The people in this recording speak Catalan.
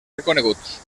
reconeguts